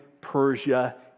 Persia